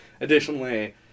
Additionally